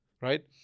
right